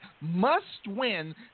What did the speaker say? must-win